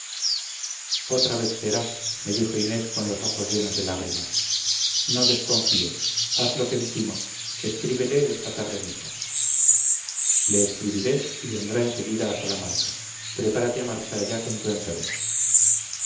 otra vez será me dijo inés con los ojos llenos de lágrimas no desconfío haz lo que dijimos escríbele esta tarde mismo le escribiré y vendrá en seguida a salamanca prepárate a marchar allá con tu enfermo